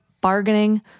bargaining